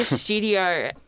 studio